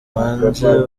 banze